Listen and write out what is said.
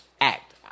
act